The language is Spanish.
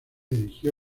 erigió